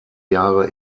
jahre